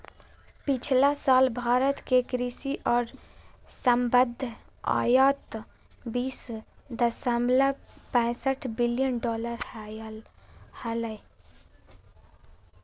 पिछला साल भारत के कृषि और संबद्ध आयात बीस दशमलव पैसठ बिलियन डॉलर हलय